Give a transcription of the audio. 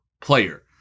player